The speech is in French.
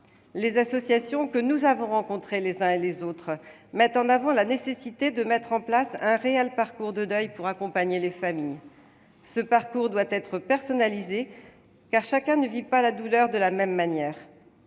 Les associations que nous avons, les uns et les autres, rencontrées avancent la nécessité de mettre en place un réel parcours de deuil pour accompagner les familles. Ce parcours doit être personnalisé, car chacun ne vit pas la douleur de la même manière.